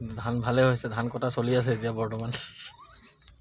ধান ভালেই হৈছে ধান কটা চলি আছে এতিয়া বৰ্তমান